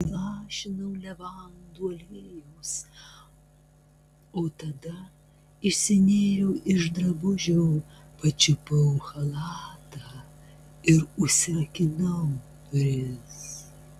įlašinau levandų aliejaus o tada išsinėriau iš drabužių pačiupau chalatą ir užsirakinau duris